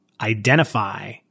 identify